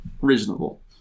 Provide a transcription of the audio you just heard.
reasonable